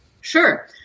Sure